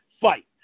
fight